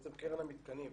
בעצם בקרן המתקנים,